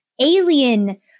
alien